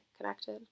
connected